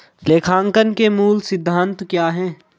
लेखांकन के मूल सिद्धांत क्या हैं?